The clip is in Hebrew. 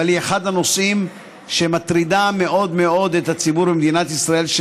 אבל היא אחד הנושאים שמטרידים מאוד את הציבור במדינת ישראל,